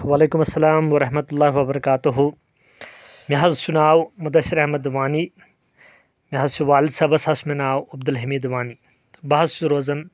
وعلیکم السلام ورحمتہ اللہ وبرکاتہُ مےٚ حظ چھُ ناو مُدثر احمد وانی مےٚ حظ چھُ والد صٲبس حظ چھُ مےٚ ناو عبدالحمید وانی بہٕ حظ چھُس روزان